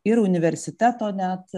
ir universiteto net